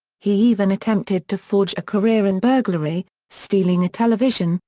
he even attempted to forge a career in burglary, stealing a television,